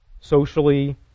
socially